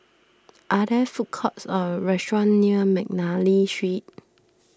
are there food courts or restaurants near McNally Street